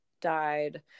died